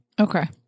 Okay